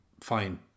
fine